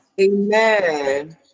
Amen